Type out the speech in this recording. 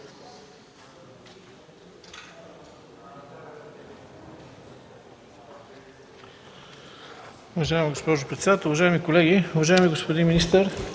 Уважаема госпожо председател, уважаеми колеги! Уважаеми господин министър,